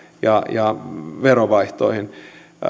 ja verotietojen vaihtoihin